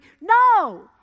No